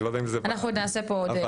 אנחנו נעשה פה עוד דיון.